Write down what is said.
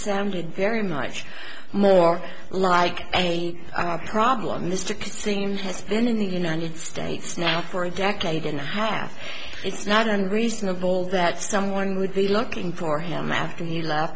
sounded very much more like a problem mr kissing has been in the united states now for a decade and a half it's not unreasonable that someone would be looking for him after he left